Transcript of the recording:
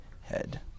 head